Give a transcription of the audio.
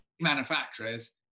manufacturers